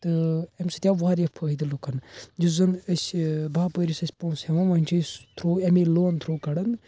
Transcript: تہٕ اَمہِ سۭتۍ آو واریاہ فٲیدٕ لُکَن یُس زَن أسۍ باپٲرِس ٲسۍ پونٛسہٕ ہٮ۪وان وۄنۍ چھِ أسۍ تھروٗ امی لونہٕ تھروٗ کَڑان